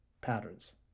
patterns